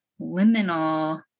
liminal